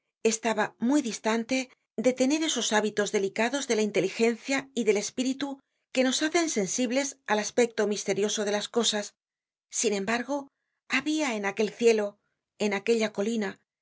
estaba muy distante de tener esos hábitos delicados de la inteligencia y del espíritu que nos hacen sensibles al aspecto misterioso de las cosas sin embargo habia en aquel cielo en aquella colina